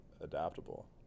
adaptable